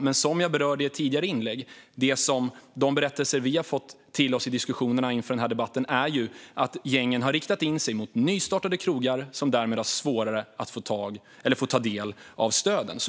Men som jag berörde i ett tidigare inlägg handlar de berättelser som vi har fått ta del av i diskussionerna inför denna debatt om att gängen har riktat in sig på nystartade krogar som därmed har svårare att få ta del av stöden.